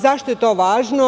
Zašto je to važno?